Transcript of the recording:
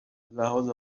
لحاظ